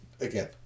again